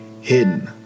Hidden